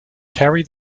carry